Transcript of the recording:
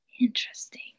Interesting